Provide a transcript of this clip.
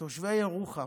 תושבי ירוחם,